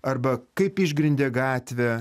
arba kaip išgrindė gatvę